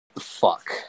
Fuck